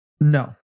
No